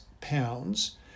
pounds